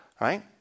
right